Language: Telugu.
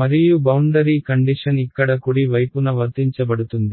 మరియు బౌండరీ కండిషన్ ఇక్కడ కుడి వైపున వర్తించబడుతుంది